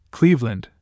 Cleveland